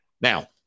Now